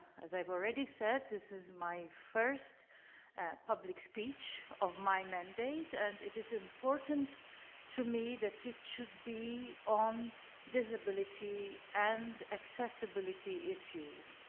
as i have already said, this is my first public speech of the mandate and it is important to me that it should be on disability and accessibility issues.